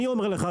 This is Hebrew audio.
אני אומר לך,